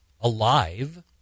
alive